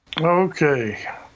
Okay